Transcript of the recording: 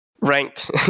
ranked